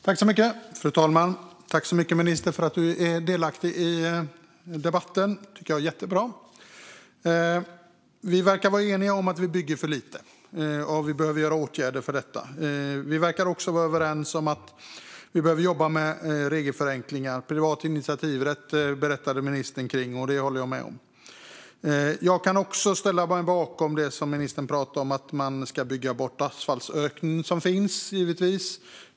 Fru talman! Jag tackar ministern för deltagande i debatten; det är jättebra. Vi verkar vara eniga om att det byggs för lite och att detta behöver åtgärdas. Vi verkar också vara överens om att det behövs regelförenklingar, och jag håller med ministern när det gäller privat initiativrätt. Jag ställer mig också bakom det ministern sa om att asfaltsöknar ska byggas bort.